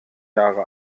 jahre